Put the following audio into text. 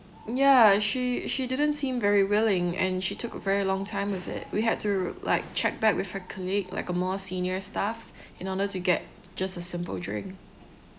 ya she she didn't seem very willing and she took a very long time of it we had to like check back with her colleague like a more senior staff in order to get just a simple drink